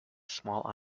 small